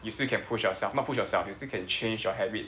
you still can push yourself not push yourself you can change your habit